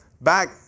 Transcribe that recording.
back